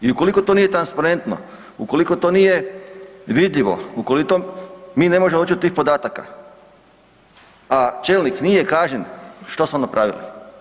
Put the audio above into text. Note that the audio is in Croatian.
I ukoliko to nije transparentno, ukoliko to nije vidljivo, ukoliko mi ne možemo doći do tih podataka, a čelnik nije kažnjen, što smo napravili?